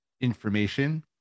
information